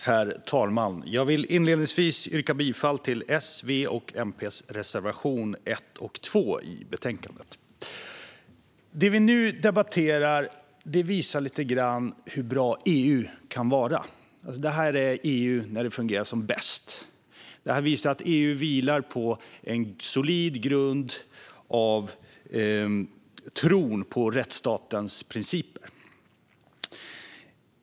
Herr talman! Jag vill inledningsvis yrka bifall till S, V:s och MP:s reservationer 1 och 2 i betänkandet. Det vi nu debatterar visar lite grann hur bra EU kan vara. Det här är EU när det fungerar som bäst. Det här visar att EU vilar på en solid grund byggd av tron på rättsstatens principer.